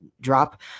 drop